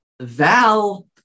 Val